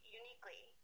uniquely